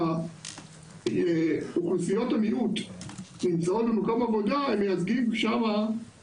למצוא פתרונות שיאפשרו לנו להביא ולשמר את